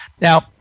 Now